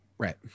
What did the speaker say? Right